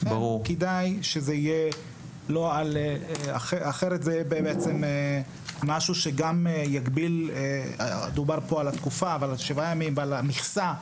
דובר כאן על התקופה אבל שבעה ימים,